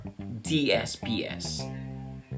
DSPS